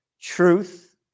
truth